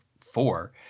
four